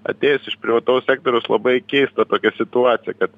atėjus iš privataus sektoriaus labai keista tokia situacija kad